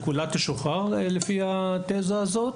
כשכולה תשוחרר לפי התזה הזאת,